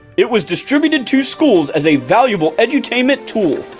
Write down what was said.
it was distributed to schools as a valuable edutainment tool.